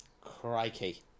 Crikey